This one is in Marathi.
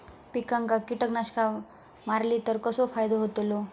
पिकांक कीटकनाशका मारली तर कसो फायदो होतलो?